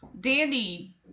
dandy